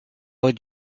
would